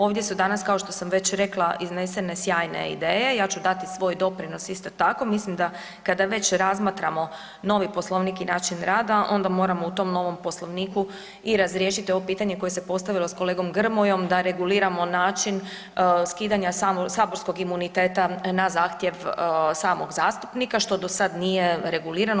Ovdje su danas kao što sam već rekla iznesene sjajne ideje, ja ću dati svoj doprinos isto tako, mislim da kada već razmatramo novi poslovnik i način rada onda moramo u tom novom Poslovniku i razriješiti ovo pitanje koje se postavilo sa kolegom Grmojom da reguliramo način skidanja saborskog imuniteta na zahtjev samog zastupnika što dao sada nije regulirano.